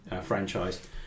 franchise